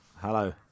Hello